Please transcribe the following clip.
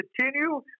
continue